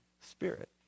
Spirit